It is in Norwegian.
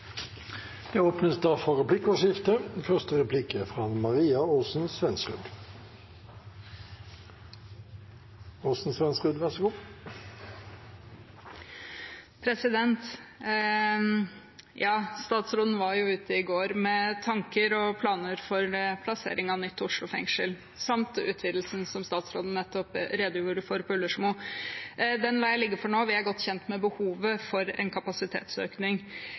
Det blir replikkordskifte. Statsråden var ute i går med tanker og planer for plassering av et nytt Oslo fengsel – samt utvidelsen som statsråden nettopp redegjorde for på Ullersmo; den lar jeg ligge for nå. Vi er godt kjent med behovet for en kapasitetsøkning,